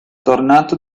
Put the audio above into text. tornato